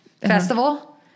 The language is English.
festival